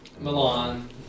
Milan